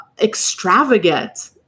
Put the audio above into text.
extravagant